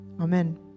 amen